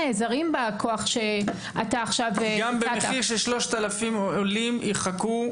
גם במחיר ש-3,000 עולים יחכו?